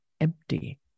empty